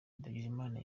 ndagijimana